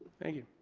thank you.